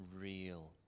real